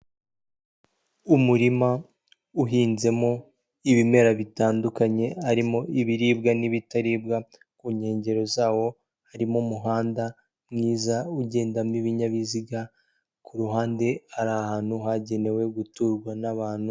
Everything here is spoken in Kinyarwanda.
Umurima uhinzemo ibimera bitandukanye, harimo ibiribwa n'ibitaribwa, ku nkengero zawo harimo umuhanda mwiza ugendamo ibinyabiziga, ku ruhande hari ahantu hagenewe guturwa n'abantu.